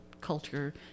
culture